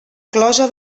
closa